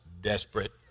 desperate